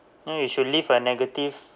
no you should leave a negative